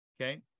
okay